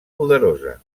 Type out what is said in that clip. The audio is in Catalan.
poderosa